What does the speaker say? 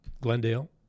Glendale